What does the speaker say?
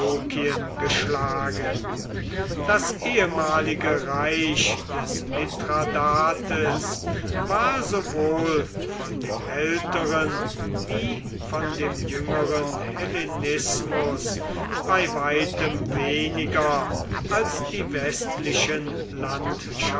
geschlagen das ehemalige reich des mithradates war sowohl von dem älteren wie von dem jüngeren hellenismus bei weitem weniger als die westlichen